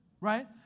Right